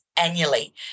annually